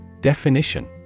Definition